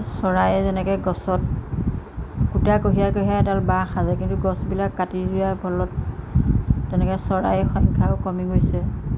চৰায়ে যেনেকৈ গছত কুটা কঢ়িয়াই কঢ়িয়াই এডাল বাহ সাজে কিন্তু গছবিলাক কাটি দিয়াৰ ফলত তেনেকৈ চৰাই সংখ্যাও কমি গৈছে